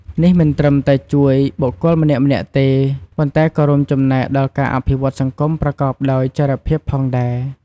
នេះមិនត្រឹមតែជួយបុគ្គលម្នាក់ៗទេ ប៉ុន្តែក៏រួមចំណែកដល់ការអភិវឌ្ឍសង្គមប្រកបដោយចីរភាពផងដែរ។